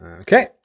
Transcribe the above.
Okay